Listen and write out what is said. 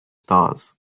stars